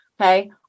Okay